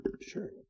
Sure